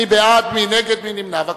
בבקשה.